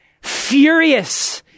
furious